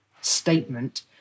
statement